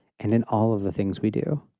and then all of the things we do.